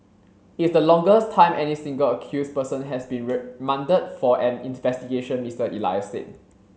it is the longest time any single accused person has been remanded for an investigation Mr Elias said